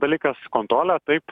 dalykas kontrolė taip